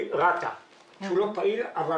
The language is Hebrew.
רעיונות